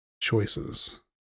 choices